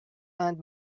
and